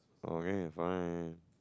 okay fine